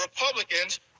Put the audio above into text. Republicans